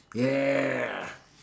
yeah